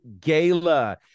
Gala